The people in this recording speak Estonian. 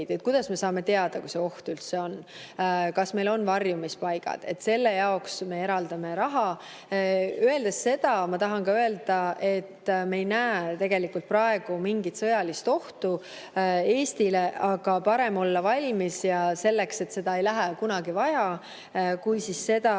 kuidas me saame teada, kui see oht üldse on, ja kas meil on varjumispaigad. Selle jaoks me eraldame raha. Öeldes seda, ma tahan ka öelda, et me ei näe tegelikult praegu mingit sõjalist ohtu Eestile, aga parem on olla valmis nii, et seda ei lähe kunagi vaja, kui see, et